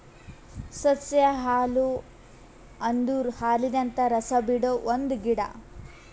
ಸಸ್ಯ ಹಾಲು ಅಂದುರ್ ಹಾಲಿನಂತ ರಸ ಬಿಡೊ ಒಂದ್ ಗಿಡ